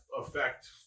effect